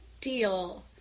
deal